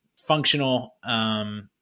functional